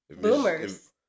Boomers